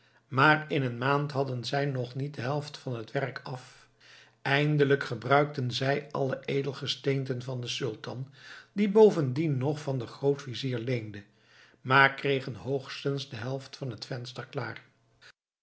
maar in een maand hadden zij nog niet de helft van het werk af eindelijk gebruikten zij alle edelgesteenten van den sultan die bovendien nog van den grootvizier leende maar kregen hoogstens de helft van het venster klaar